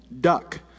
duck